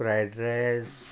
fried rice